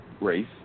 race